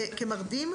מרדים.